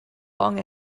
long